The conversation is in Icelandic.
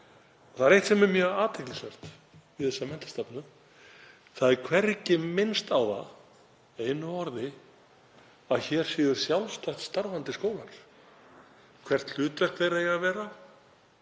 Það er eitt sem er mjög athyglisvert við þessa menntastefnu. Það er hvergi minnst á það einu orði að hér séu sjálfstætt starfandi skólar, hvert hlutverk þeirra eigi að vera,